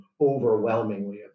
overwhelmingly